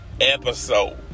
episode